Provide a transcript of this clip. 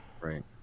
Right